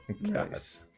nice